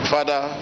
Father